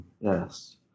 yes